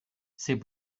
c’est